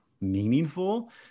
meaningful